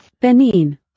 Benin